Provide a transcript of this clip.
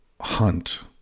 hunt